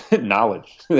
knowledge